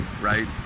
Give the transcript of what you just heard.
right